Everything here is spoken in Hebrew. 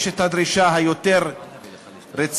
יש הדרישה היותר-רצינית